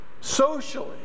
socially